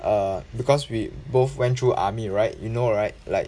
err because we both went through army right you know right like